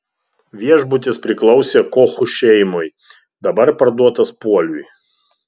viešbutis priklausė kochų šeimai dabar parduotas puoliui